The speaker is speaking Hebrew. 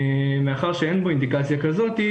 מאחר שאין בו אינדיקציה כזאת,